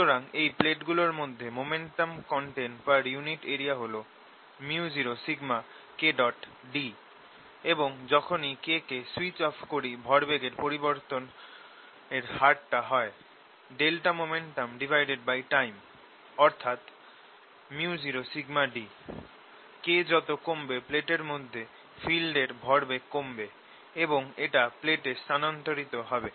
সুতরাং এই প্লেটগুলোর মধ্যে momentum contain per unit time হল µ0Kd এবং যখনি K কে সুইচ অফ করি ভরবেগের পরিবর্তনের হারটা হয় ∆momentumtime অর্থাৎ µ0d K যত কমবে প্লেটের মধ্যে মধ্যে ফিল্ড এর ভরবেগ কমবে এবং এটা প্লেটে স্থানান্তরিত হবে